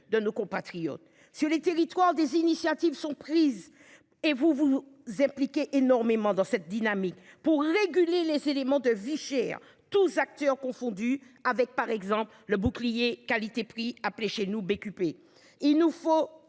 de nos compatriotes sur les territoires des initiatives sont prises et vous vous impliquez énormément dans cette dynamique pour réguler les éléments de Vichères, tous acteurs confondus avec par exemple le bouclier qualité/prix appeler chez nous. Bé Cuper. Il nous faut